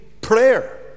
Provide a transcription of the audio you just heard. prayer